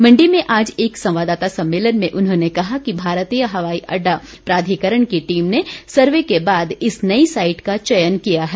मंडी में आज एक संवाददाता सम्मेलन में उन्होंने कहा कि भारतीय हवाई अड्डा प्राधिकरण की टीम ने सर्वे के बाद इस नई साईट का चयन किया है